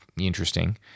interesting